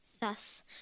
Thus